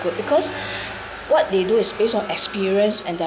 good because what they do is based on experience and